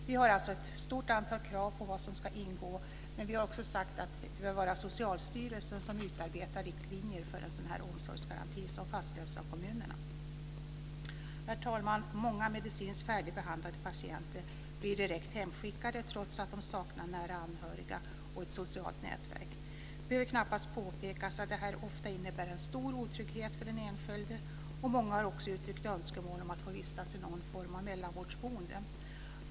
Vi har alltså ett stort antal krav på vad som ska ingå, och vi har också sagt att det bör vara Socialstyrelsen som utarbetar riktlinjer för omsorgsgarantin som sedan ska fastställas av kommunerna. Herr talman! Många medicinskt färdigbehandlade patienter blir direkt hemskickade trots att de saknar nära anhöriga och ett socialt nätverk. Det behöver knappast påpekas att detta ofta innebär en stor otrygghet för den enskilde, och många har också uttryckt önskemål om att få vistas i någon form av mellanvårdsboende.